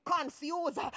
confused